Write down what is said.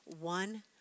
one